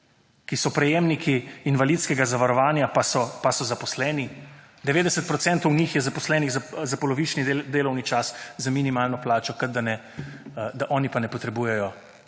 Ki so prejemniki invalidskega zavarovanja, pa so zaposleni? 90 % njih je zaposlenih za polovični delovni čas z minimalno plačo kot da oni pa ne potrebujejo